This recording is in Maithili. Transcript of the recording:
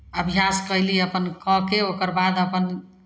अभ्यास कयली अभ्यास अपन कऽ कऽ ओकर बाद अपन